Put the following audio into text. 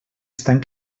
estan